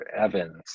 Evans